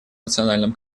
национальном